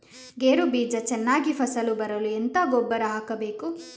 ಗೇರು ಬೀಜ ಚೆನ್ನಾಗಿ ಫಸಲು ಬರಲು ಎಂತ ಗೊಬ್ಬರ ಹಾಕಬೇಕು?